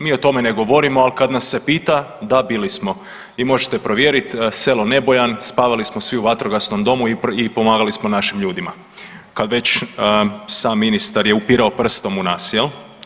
Mi o tome ne govorimo, ali kad nas se pita, da bili smo i možete provjeriti selo Nebojan, spavali smo svi u vatrogasnom domu i pomagali smo našim ljudima kad već sam ministar je upirao prstom u nas.